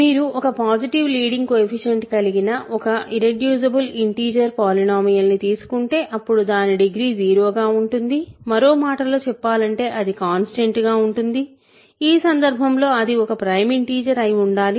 మీరు ఒక positive leading coefficient కలిగిన ఒక ఇర్రెడ్యూసిబుల్ ఇంటిజర్ పాలినోమీయల్ని తీసుకుంటే అప్పుడు దాని డిగ్రీ 0 గా ఉంటుంది మరో మాటలో చెప్పాలంటే అది కాన్స్టెంట్ గా ఉంటుంది ఈ సందర్భంలో అది ఒక ప్రైమ్ ఇంటిజర్ అయి ఉండాలి